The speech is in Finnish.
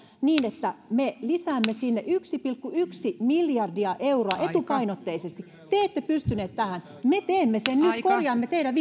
niin että me lisäämme sinne yksi pilkku yksi miljardia euroa etupainotteisesti te ette pystyneet tähän me teemme sen me korjaamme teidän